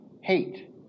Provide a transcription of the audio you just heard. hate